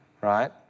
right